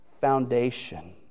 foundation